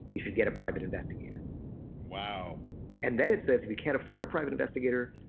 you should get a private investigator wow and then it says if you can't afford a private investigator,